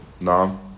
No